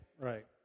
Right